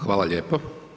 Hvala lijepo.